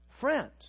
friends